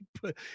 put